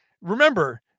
remember